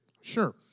Sure